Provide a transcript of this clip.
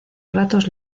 ratos